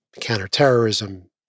counterterrorism